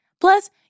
Plus